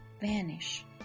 vanish